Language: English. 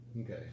Okay